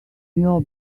your